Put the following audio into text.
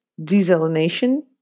desalination